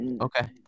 Okay